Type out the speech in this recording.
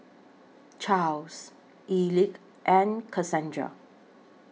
Charls Elick and Cassandra